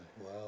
wow